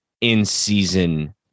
in-season